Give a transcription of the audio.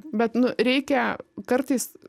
bet nu reikia kartais